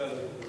את